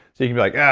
you can be like, yeah